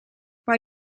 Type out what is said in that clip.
why